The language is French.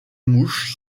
mouches